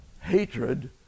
hatred